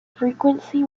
frequency